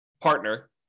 partner